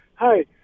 Hi